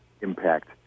impact